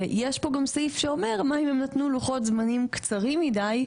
ויש פה גם סעיף שאומר מה אם הם נתנו לוחות זמנים קצרים מדיי,